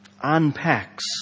unpacks